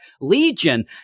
Legion